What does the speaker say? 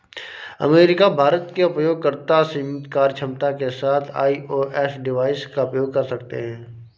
America, भारत के उपयोगकर्ता सीमित कार्यक्षमता के साथ आई.ओ.एस डिवाइस का उपयोग कर सकते हैं